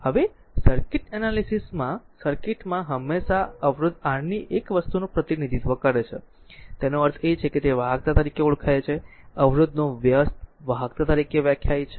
હવે circuit analysis માં સર્કિટમાં હંમેશા અવરોધ R ની એક વસ્તુનું પ્રતિનિધિત્વ કરે છે તેનો અર્થ છે કે તે વાહકતા તરીકે ઓળખાય છે અવરોધનો વ્યસ્ત વાહકતા તરીકે વ્યાખ્યાયિત છે